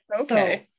okay